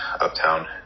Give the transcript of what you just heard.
uptown